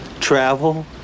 Travel